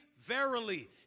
verily